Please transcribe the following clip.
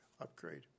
upgrade